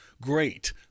great